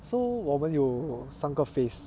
so 我们有三个 phase